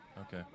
Okay